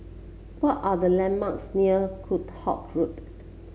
what are the landmarks near Kheam Hock Road